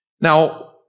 Now